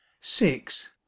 six